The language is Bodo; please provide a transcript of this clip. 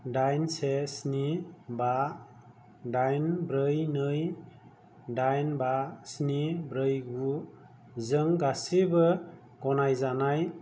दाइन से स्नि बा दाइन ब्रै नै दाइन बा स्नि ब्रै गु जों गासिबो गनायजानाय